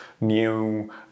new